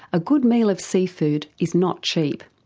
a good meal of seafood is not cheap.